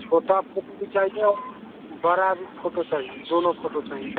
छोटा फ़ोटो भी चाहिए और बड़ा भी फ़ोटो चाहिए दोनों फ़ोटो चाहिए